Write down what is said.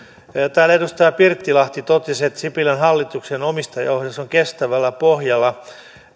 täällä edustaja pirttilahti totesi että sipilän hallituksen omistajaohjaus on kestävällä pohjalla